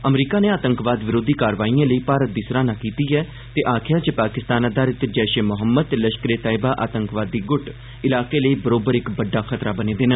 अमरीका नै आतंकवाद विरोधी कारवाईए लेई भारत दी सराहना कीती ऐ ते आक्खेआ ऐ जे पाकिस्तान अधारित जैष ए मोहम्मद ते लष्करे तैयबा आतंकी संगठन इलाके लेई बरोबर इक बड्डा खतरा बने दे न